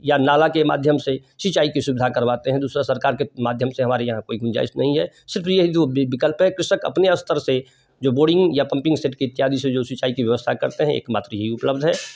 या नाला के माध्यम से सिंचाई की सुविधा करवाते हैं दूसरा सरकार के माध्यम से हमारे यहाँ कोई गुंजाईश नहीं है सिर्फ यही दो विकल्प है कृषक अपने स्तर से जो बोरिंग या पम्पिंग सेट की इत्यादि से जो सिंचाई की व्यवस्था करते हैं एक मात्र यही उपलब्द है